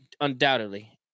undoubtedly